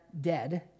dead